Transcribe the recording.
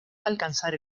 alcanzar